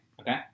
Okay